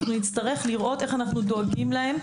נצטרך לראות איך אנו דואגים להם.